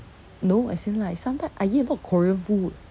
no as in like sometimes I eat a lot of korean food